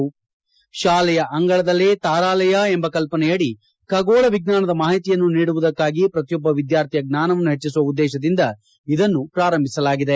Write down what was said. ಶಾಲೆಯ ಅಂಗಳದಲ್ಲೆ ತಾರಾಲಯ ಎಂಬ ಕಲ್ಪನೆಯಡಿ ಖಗೋಳ ವಿಜ್ವಾನದ ಮಾಹಿತಿಯನ್ನು ನೀಡುವುದಕ್ಕಾಗಿ ಪ್ರತಿಯೊಬ್ಬ ವಿದ್ಯಾರ್ಥಿಯ ಜ್ವಾನವನ್ನು ಹೆಚ್ಚಿಸುವ ಉದ್ದೇಶದಿಂದ ಇದನ್ನು ಪ್ರಾರಂಭಿಸಲಾಗಿದೆ